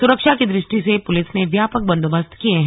सुरक्षा की दृष्टि से पुलिस ने व्यापक बंदोबस्त किये हैं